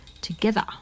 Together